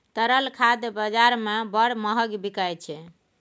तरल खाद बजार मे बड़ महग बिकाय छै